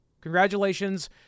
congratulations